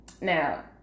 Now